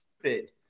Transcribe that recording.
stupid